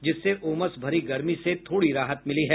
जिससे उमस भरी गर्मी से थोड़ी राहत मिली है